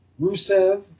Rusev